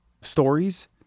stories